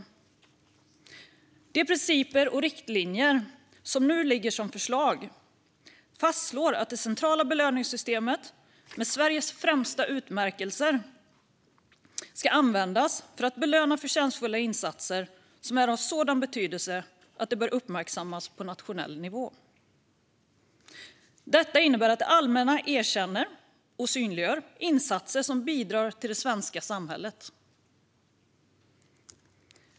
I de principer och riktlinjer som nu ligger som förslag fastslås att det centrala belöningssystemet med Sveriges främsta utmärkelser ska användas för att belöna förtjänstfulla insatser som är av sådan betydelse att de bör uppmärksammas på nationell nivå. Detta innebär att det allmänna erkänner och synliggör insatser som bidrar till det svenska samhället.